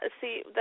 See